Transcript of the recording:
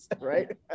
right